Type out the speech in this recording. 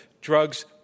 drugs